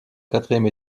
quatrième